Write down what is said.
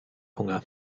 hunger